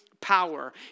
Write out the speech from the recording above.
power